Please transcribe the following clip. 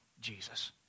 Jesus